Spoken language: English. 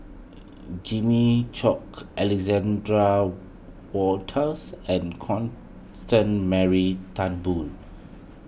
Jimmy Chok Alexander Wolters and Constance Mary Turnbull